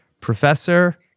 Professor